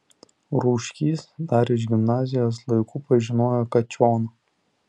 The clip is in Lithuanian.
rūškys dar iš gimnazijos laikų pažinojo kačioną